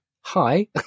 hi